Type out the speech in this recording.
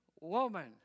woman